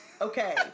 Okay